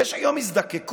יש היום הזדקקות.